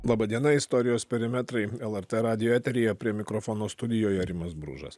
laba diena istorijos perimetrai lrt radijo eteryje prie mikrofono studijoje rimas bružas